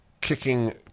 kicking